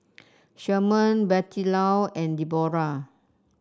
Sherman Bettylou and Debora